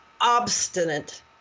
obstinate